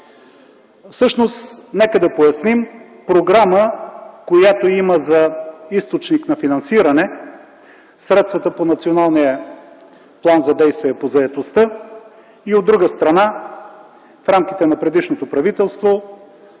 ефект. Нека да поясним – програма, която има за източник на финансиране средствата по Националния план за действия по заетостта, а от друга страна – в рамките на предишното правителство